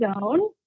zone